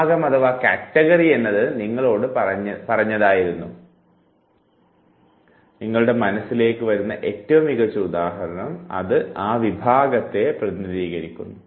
വിഭാഗം എന്നത് നിങ്ങളോട് പറഞ്ഞായിരുന്നു നിങ്ങളുടെ മനസ്സിലേക്ക് വരുന്ന ഏറ്റവും മികച്ച ഉദാഹരണം അത് ആ വിഭാഗത്തെ പ്രതിനിധീകരിക്കുന്നു